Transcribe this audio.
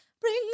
bring